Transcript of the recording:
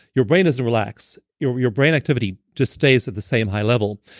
your brain doesn't relax. your your brain activity just stays at the same high level.